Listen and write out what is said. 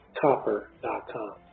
copper.com